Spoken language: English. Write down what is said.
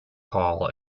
paul